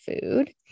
food